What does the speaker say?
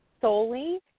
solely